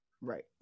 Right